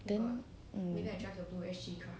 then